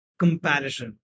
comparison